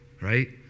right